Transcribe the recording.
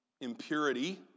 impurity